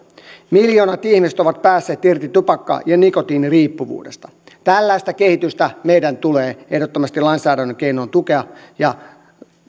miljoonat ihmiset ovat päässeet irti tupakka ja nikotiiniriippuvuudesta tällaista kehitystä meidän tulee ehdottomasti lainsäädännön keinoin tukea ja